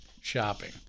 shopping